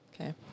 Okay